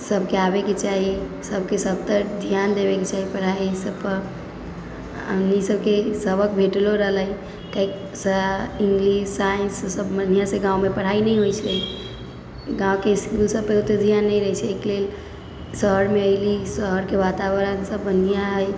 सबके आबैके चाही सबके सबपर धिआन देबैके चाही पढ़ाइ ईसबपर हमनी सबके सबक भेटलऽ रहलै काहे इंग्लिश साइन्स ईसब बढ़िआँसँ गाँवमे पढ़ाइ नहि होइ छै गाँवके इसकुल सबपर ओतेक धिआन नहि रहै छै एहिके लेल शहरमे अएली शहरके वातावरणसब बढ़िआँ हइ